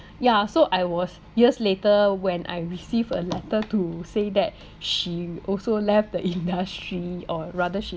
ya so I was years later when I received a letter to say that she also left the industry or rather she